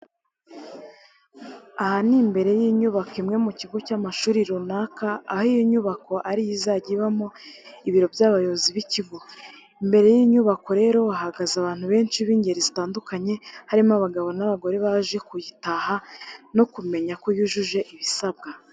Aha ni imbere y'inyubako imwe mu kigo cy'amashuri runaka, aho iyi nyubako ariyo izajya ibamo ibiro by'abayobozi b'ikigo. Imbere y'iyi nyubako rero hahagaze abantu benshi b'ingeri zitandukanye harimo abagabo n'abagore baje kuyitaha, no kumenya ko yujuje ibisabwa.